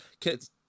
Kids